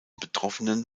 betroffenen